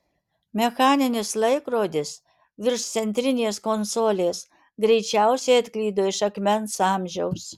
mechaninis laikrodis virš centrinės konsolės greičiausiai atklydo iš akmens amžiaus